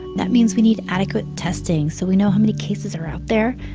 that means we need adequate testing so we know how many cases are out there.